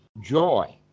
joy